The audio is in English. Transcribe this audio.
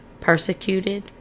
persecuted